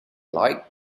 light